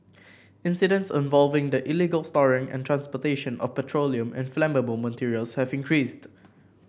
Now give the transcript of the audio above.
incidents involving the illegal storing and transportation of petroleum and flammable materials have increased